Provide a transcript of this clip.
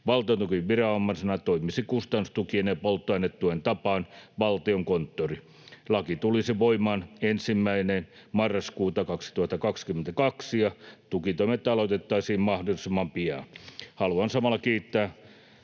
Valtiontukiviranomaisena toimisi kustannustukien ja polttoainetuen tapaan Valtiokonttori. Laki tulisi voimaan 1. marraskuuta 2022, ja tukitoimet aloitettaisiin mahdollisimman pian. Haluan samalla kiittää